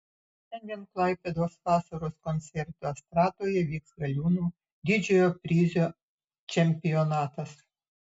šiandien klaipėdos vasaros koncertų estradoje vyks galiūnų didžiojo prizo čempionatas